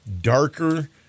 darker